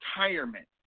retirement